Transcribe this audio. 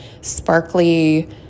sparkly